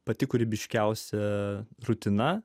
pati kūrybiškiausia rutina